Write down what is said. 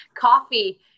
Coffee